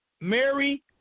Mary